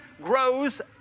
grows